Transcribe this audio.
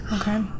Okay